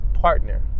Partner